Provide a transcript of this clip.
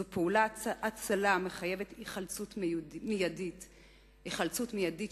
זו פעולת הצלה המחייבת היחלצות מיידית שלנו,